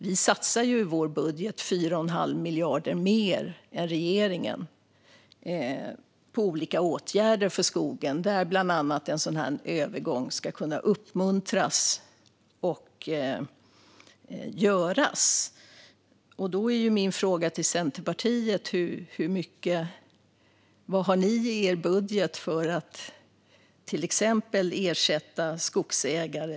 Vi satsar i vår budget 4 1⁄2 miljard mer än regeringen på olika åtgärder för skogen, bland annat för att en övergång ska kunna uppmuntras och genomföras. Då är min fråga till Centerpartiet: Vad har ni i er budget för att till exempel ersätta skogsägare?